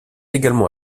également